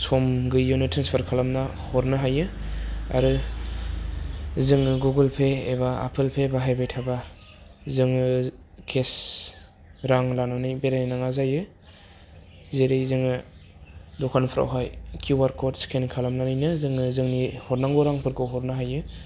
सम गैयैयावनो ट्रेन्सफार खालामना हरनो हायो आरो जोङो गुगोल पे एबा आफोल फे बाहायबाय थाबा जोङो केस रां लानानै बेरायनाङा जायो जेरै जोङो दखानफ्रावहाय किउआर कड स्केन खालामनानैनो जोङो जोंनि हरनांगौ रांफोरखौ हरनो हायो